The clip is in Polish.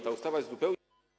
Ta ustawa jest zupełnie.